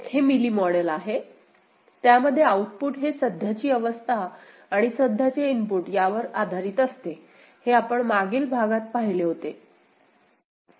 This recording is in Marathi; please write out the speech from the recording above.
हे मिली मॉडेल आहे त्यामध्ये आउटपुट हे सध्याची अवस्था आणि सध्याचे इनपुट यावर आधारित असते हे आपण मागील भागात पाहिले होते